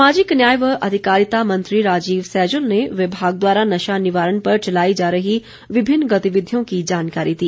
सामाजिक न्याय व अधिकारिता मंत्री राजीव सैजल ने विभाग द्वारा नशा निवारण पर चलाई जा रही विभिन्न गतिविधियों की जानकारी दी